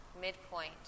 midpoint